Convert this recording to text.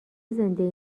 زنده